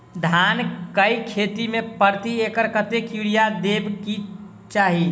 धान केँ खेती मे प्रति एकड़ कतेक यूरिया देब केँ चाहि?